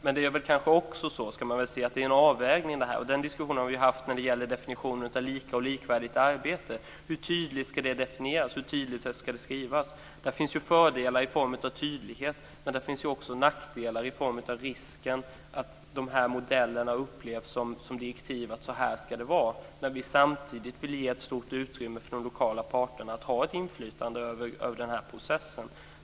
Men det är väl också så att det rör sig om en avvägning här. Den diskussionen hade vi när det gällde detta med lika respektive likvärdigt arbete. Hur tydligt ska det definieras? Hur tydligt ska det skrivas? Där finns fördelar i form av tydlighet men det finns också nackdelar i form av risken att de här modellerna upplevs som direktiv - så här ska det vara - samtidigt som vi vill ge de lokala parterna ett stort utrymme för inflytande över processen.